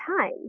time